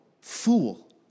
fool